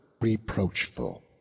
reproachful